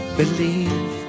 believe